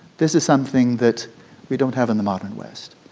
this is something that we don't have in the modern west,